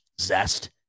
zest